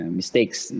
mistakes